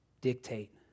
dictate